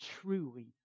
truly